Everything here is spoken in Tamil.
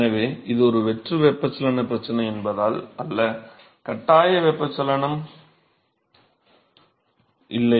எனவே இது ஒரு வெற்று வெப்பச்சலன பிரச்சனை என்பதால் அல்ல கட்டாய வெப்பச் சலனம் இல்லை